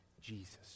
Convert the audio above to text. Jesus